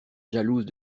jalouse